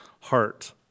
heart